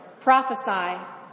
prophesy